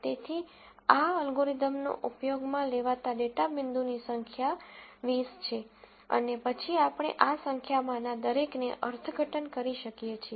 તેથી આ અલ્ગોરિધમનો ઉપયોગમાં લેવાતા ડેટા બિંદુની સંખ્યા 20 છે અને પછી આપણે આ સંખ્યામાંના દરેકને અર્થઘટન કરી શકીએ છીએ